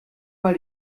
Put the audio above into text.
mal